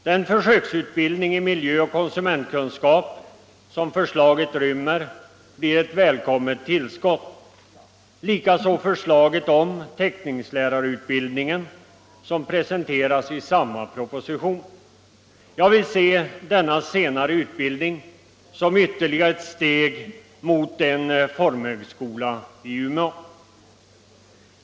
Den försöksutbildning i miljöoch konsumentkunskap som förslaget rymmer blir ett välkommet tillskott, likaså förslaget om teckningslärarutbildningen, som presenteras i samma proposition. Jag vill se denna senare utbildning som ytterligare ett steg mot en formhögskola i Umeå.